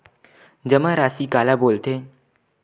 जमा राशि काला बोलथे?